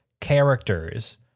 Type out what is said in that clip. characters